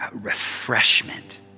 refreshment